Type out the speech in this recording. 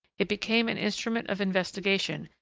it became an instrument of investigation,